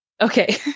Okay